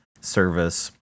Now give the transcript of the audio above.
service